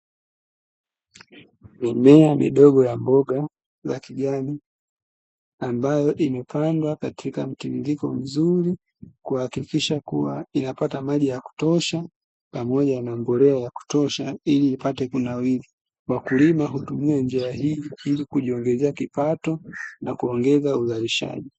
Mimea midogo ya mboga za kijani ambayo imepandwa katika mtiririko mzuri kuhakikisha kuwa inapata maji ya kutosha, pamoja na mbolea ya kutosha ili ipate kunawiri. Wakulima hutumia njia hii ili kujiongezea kipato na kuongeza uzalishaji.